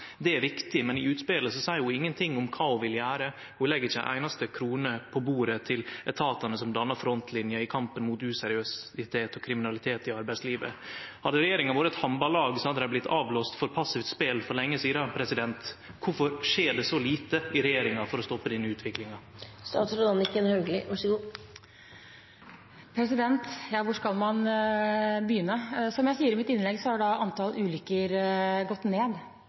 Det er viktig. Men i utspelet seier ho ingenting om kva ho vil gjere. Ho legg ikkje ei einaste krone på bordet til etatane som dannar frontlinja i kampen mot useriøsitet og kriminalitet i arbeidslivet. Hadde regjeringa vore eit handballag, hadde dei vorte avblåste for passivt spel for lenge sidan. Kvifor skjer det så lite i regjeringa for å stoppe denne utviklinga? Ja, hvor skal man begynne? Som jeg sier i mitt innlegg, har antall ulykker gått ned.